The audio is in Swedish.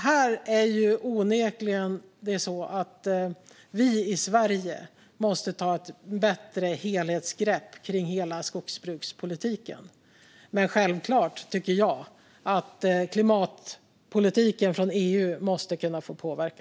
Sverige måste onekligen ta ett bättre helhetsgrepp om hela skogsbrukspolitiken. Men självklart tycker jag att klimatpolitiken från EU måste kunna få påverka.